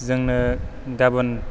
जोंनो गाबोन